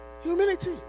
Humility